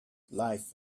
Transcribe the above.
life